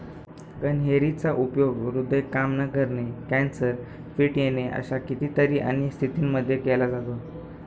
कन्हेरी चा उपयोग हृदय काम न करणे, कॅन्सर, फिट येणे अशा कितीतरी अन्य स्थितींमध्ये केला जातो